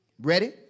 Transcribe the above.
Ready